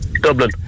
Dublin